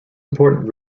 important